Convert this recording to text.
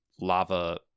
lava